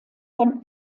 von